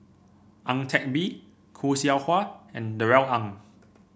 Ang Teck Bee Khoo Seow Hwa and Darrell Ang